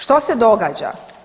Što se događa?